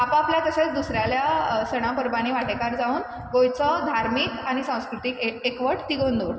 आपआपल्या तशेंच दुसऱ्याल्या सणा परबांनी वांटेकार जावन गोंयचो धार्मीक आनी संस्कृतीक एकवट तिगोवन दवरता